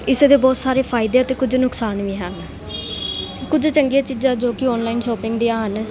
ਇਸ ਦੇ ਬਹੁਤ ਸਾਰੇ ਫਾਇਦੇ ਅਤੇ ਕੁਝ ਨੁਕਸਾਨ ਵੀ ਹਨ ਕੁਝ ਚੰਗੀਆਂ ਚੀਜ਼ਾਂ ਜੋ ਕਿ ਔਨਲਾਈਨ ਸ਼ਾਪਿੰਗ ਦੀਆਂ ਹਨ